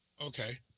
Okay